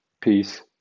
Peace